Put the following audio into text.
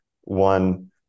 one